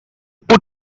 put